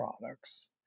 products